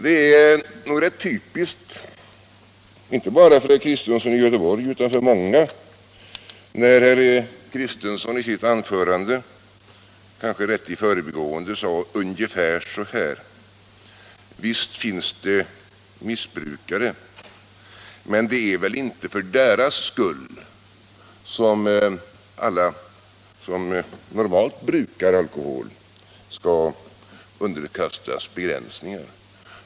Det är nog rätt typiskt inte bara för herr Kristenson utan för många, när herr Kristenson i sitt anförande, kanske mer i förbigående, sade ungefär så här: Visst finns det missbrukare, men det är väl inte för deras skull som alla som normalt brukar alkohol skall underkastas begränsningar.